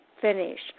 finish